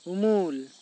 ᱩᱢᱩᱞ